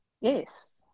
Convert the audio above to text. yes